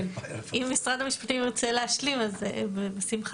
אם משרד המשפטים ירצה להשלים אז בשמחה.